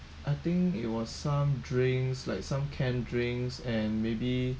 I think it was some drinks like some canned drinks and maybe